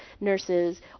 nurses